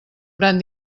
gran